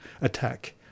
attack